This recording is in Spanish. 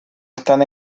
están